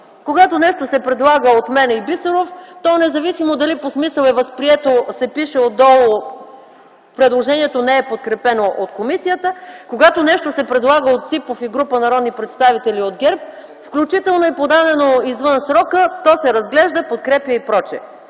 Когато нещо се предлага от мен и Бисеров, независимо дали по смисъл е възприето, се пише отдолу: предложението не е подкрепено от комисията, когато нещо се предлага от Ципов и група народни представители от ГЕРБ, включително и подадено извън срока, то се разглежда, подкрепя и прочее.